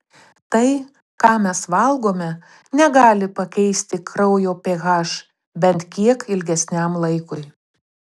tai ką mes valgome negali pakeisti kraujo ph bent kiek ilgesniam laikui